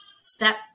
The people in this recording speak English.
step